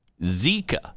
Zika